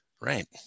Right